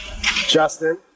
Justin